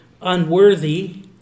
unworthy